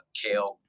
kale